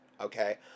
okay